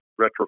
retrofit